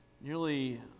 nearly